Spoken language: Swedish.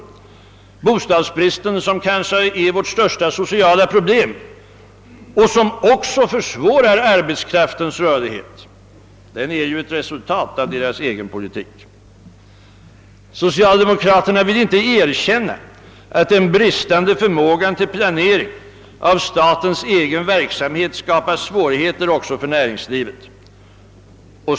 Men bostadsbristen — som kanske är vårt största sociala problem och också försvårar arbetskraftens rörlighet — är ett resultat av deras egen politik. Socialdemokraterna vill inte erkänna att den bristande förmågan till planering av statens egen verksamhet skapar svårigheter också för näringslivet.